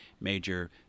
major